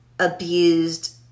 abused